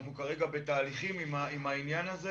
אנחנו כרגע בתהליכים עם העניין הזה